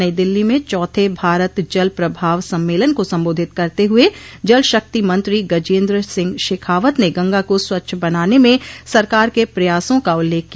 नई दिल्ली में चौथे भारत जल प्रभाव सम्मेलन को संबोधित करते हुए जलशक्ति मंत्री गजेन्द्र सिंह शेखावत ने गंगा को स्वच्छ बनाने में सरकार के प्रयासों का उल्लेख किया